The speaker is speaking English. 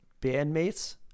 bandmates